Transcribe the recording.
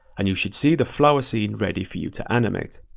and you should see the flower scene ready for you to animate.